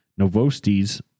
Novosti's